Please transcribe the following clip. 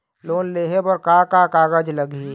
Loan लेहे बर का का कागज लगही?